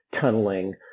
tunneling